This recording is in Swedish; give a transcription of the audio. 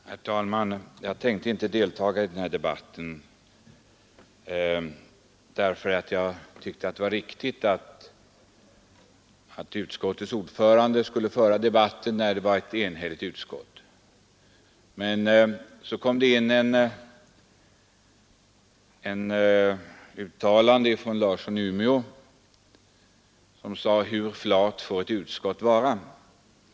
Herr talman! Jag hade inte tänkt delta i denna debatt, eftersom jag tyckte att det var riktigt att utskottets ordförande skulle föra debatten mot bakgrunden av utskottets enhälliga skrivning. Herr Larsson i Umeå har emellertid gjort ett inlägg, där han frågade hur flat man får vara inom ett utskott.